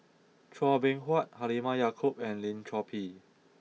Chua Beng Huat Halimah Yacob and Lim Chor Pee